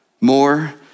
More